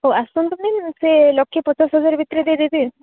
ହଉ ଆସନ୍ତୁ ମ୍ୟାମ୍ ସେଇ ଲକ୍ଷେ ପଚାଶ ହଜାର ଭିତରେ ଦେଇଦେବି